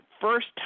first